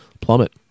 plummet